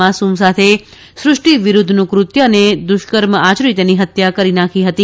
માસુમ સાથે સૃષ્ટિ વિરુધ્ધનું કૃત્ય અને દુષ્કર્મ આયરી તેની હત્યા કરીનાંખી હતી